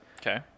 Okay